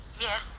Yes